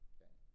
Okay